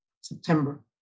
September